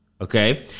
Okay